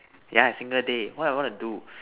yeah single day what I want to do